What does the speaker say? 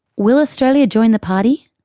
will australia join the party?